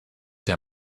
der